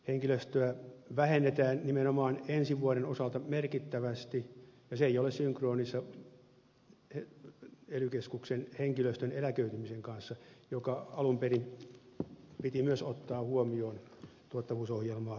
henkilöstöä vähennetään nimenomaan ensi vuoden osalta merkittävästi ja se ei ole synkronissa ely keskuksen henkilöstön eläköitymisen kanssa mikä alun perin piti myös ottaa huomioon tuottavuusohjelmaa toteutettaessa